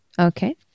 Okay